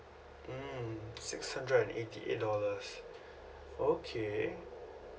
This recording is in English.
mm six hundred and eighty eight dollars okay